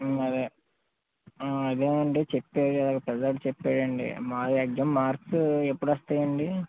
ఉ అదే ఆ అదే అండి చెప్పేయ రిజల్ట్ చెప్పేయండి మా ఎగ్జామ్స్ మార్క్స్ ఎప్పుడు వస్తాయి అండి